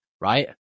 right